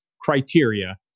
criteria